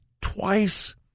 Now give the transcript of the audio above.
twice